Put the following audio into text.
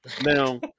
Now